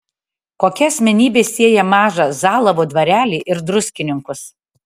kokia asmenybė sieja mažą zalavo dvarelį ir druskininkus